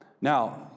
Now